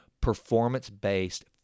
performance-based